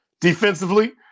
defensively